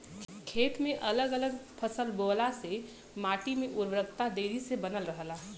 खेती में अगल अलग फसल बोअला से माटी के उर्वरकता देरी ले बनल रहेला